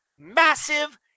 Massive